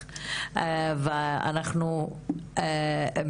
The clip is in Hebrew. תודה לכם.